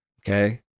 Okay